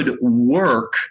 Work